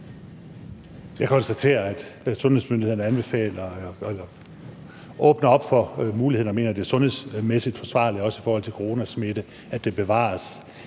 Jeg konstaterer, at sundhedsmyndighederne åbner op for muligheden og mener, at det er sundhedsmæssigt forsvarligt også i forhold til smitte med corona, at der bevares